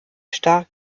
stark